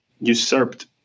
usurped